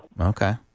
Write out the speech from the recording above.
Okay